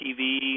TV